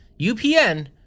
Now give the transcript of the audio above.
UPN